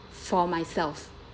for myself